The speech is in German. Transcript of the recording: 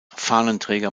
fahnenträger